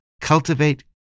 Cultivate